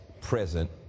present